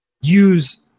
use